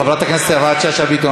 חברת הכנסת יפעת שאשא ביטון,